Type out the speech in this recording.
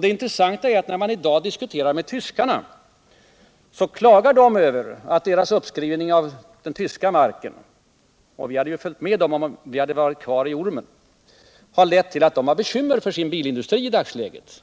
Det intressanta är att när man i dag diskuterar med tyskarna så klagar de över att deras uppskrivning av den tyska marken — och den svenska kronan hade ju följt med om vi hade varit kvar i ormen — har lett till att de har bekymmer för sin bilindustri i dagsläget.